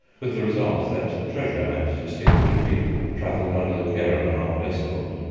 with the result that treasure and distinguished people travelled under the care of an armed escort.